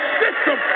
system